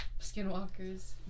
skinwalkers